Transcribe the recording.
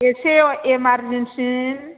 एसे इमारजेनसि